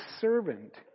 servant